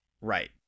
right